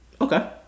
Okay